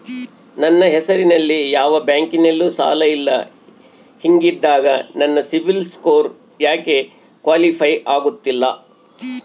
ನನ್ನ ಹೆಸರಲ್ಲಿ ಯಾವ ಬ್ಯಾಂಕಿನಲ್ಲೂ ಸಾಲ ಇಲ್ಲ ಹಿಂಗಿದ್ದಾಗ ನನ್ನ ಸಿಬಿಲ್ ಸ್ಕೋರ್ ಯಾಕೆ ಕ್ವಾಲಿಫೈ ಆಗುತ್ತಿಲ್ಲ?